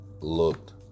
looked